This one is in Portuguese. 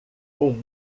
com